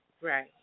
Right